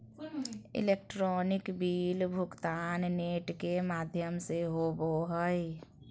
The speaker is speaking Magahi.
इलेक्ट्रॉनिक बिल भुगतान नेट के माघ्यम से होवो हइ